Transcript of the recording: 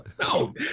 No